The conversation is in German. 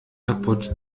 kaputt